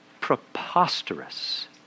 preposterous